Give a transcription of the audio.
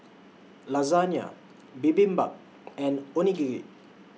Lasagna Bibimbap and Onigiri